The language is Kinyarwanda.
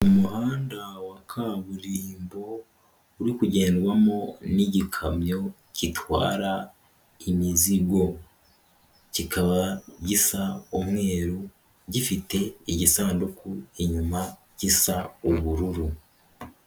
Umuhanda wa kaburimbo uri kugendwamo n'igikamyo gitwara imizigo. Kikaba gisa umweru gifite igisanduku inyuma gisa ubururu.